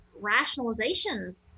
rationalizations